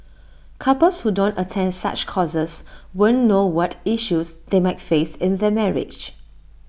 couples who don't attend such courses won't know what issues they might face in their marriage